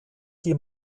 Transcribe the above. die